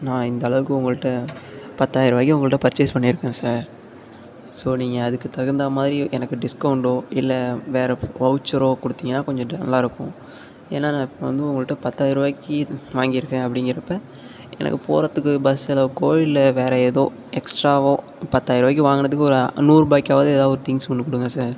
நான் இந்தளவுக்கு உங்கள்கிட்ட பத்தாயிரம் ரூபாய்க்கு உங்கள்கிட்ட பர்ச்சேஸ் பண்ணியிருக்கேன் சார் ஸோ நீங்கள் அதுக்கு தகுந்த மாதிரி எனக்கு டிஸ்கவுண்ட்டோ இல்லை வேறு வவ்ச்சரோ கொடுத்தீங்கனா கொஞ்சம் நல்லாயிருக்கும் ஏன்னால் நான் இப்போ வந்து உங்கள்கிட்ட பத்தாயிரம் ரூபாய்க்கு வாங்கியிருக்கேன் அப்படிங்கிறப்ப எனக்கு போகிறதுக்கு பஸ் செலவுக்கோ இல்லை வேறு ஏதோ எக்ஸ்ட்ராவோ பத்தாயிரம் ரூபாய்க்கு வாங்கினதுக்கு ஒரு நூறு ரூபாய்க்காவது ஏதாவது திங்க்ஸ் ஒன்று கொடுங்க சார்